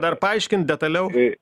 dar paaiškint detaliau